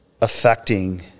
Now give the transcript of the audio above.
affecting